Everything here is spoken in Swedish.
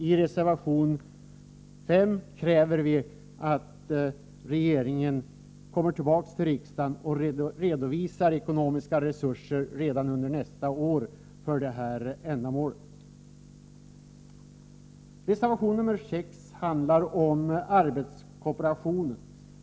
I reservation 5 kräver vi att regeringen kommer tillbaka till riksdagen och avsätter ekonomiska resurser redan under nästa år för detta ändamål. Reservation 6 handlar om arbetskooperationen.